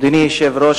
אדוני היושב-ראש,